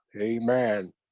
Amen